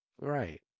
Right